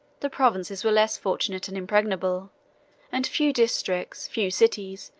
the provinces were less fortunate and impregnable and few districts, few cities,